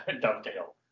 dovetail